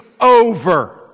over